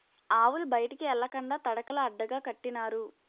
ఆవులు బయటికి ఎల్లకండా తడకలు అడ్డగా కట్టినారు